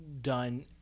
done